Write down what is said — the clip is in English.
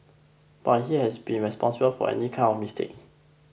but he has been responsible for any kind of mistake